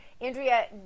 Andrea